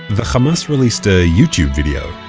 the hamas released a youtube video.